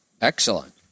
Excellent